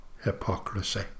hypocrisy